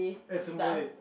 as a Malay